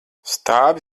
stāvi